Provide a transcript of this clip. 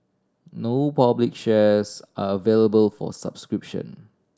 no public shares are available for subscription